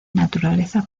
naturaleza